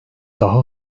daha